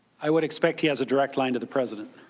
i would expect he has a direct line to the president.